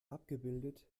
abgebildet